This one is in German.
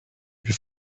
wir